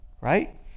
right